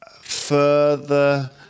further